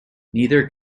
neither